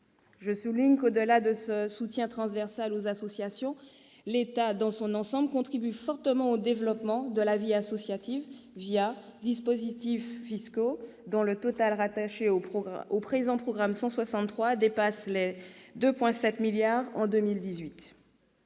Je souligne que, au-delà de ce soutien transversal aux associations, l'État dans son ensemble contribue fortement au développement de la vie associative, différents dispositifs fiscaux, dont le total rattaché au présent programme 163 dépasse 2,7 milliards d'euros